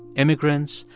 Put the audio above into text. immigrants,